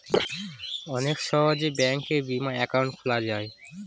অনেক সহজে ব্যাঙ্কে বিমা একাউন্ট খোলা যায়